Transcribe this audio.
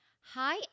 hi